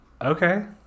Okay